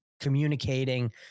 communicating